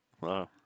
Wow